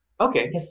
Okay